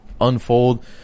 unfold